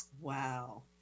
Wow